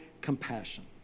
compassion